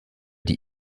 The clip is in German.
die